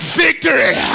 victory